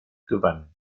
gewann